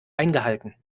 eingehalten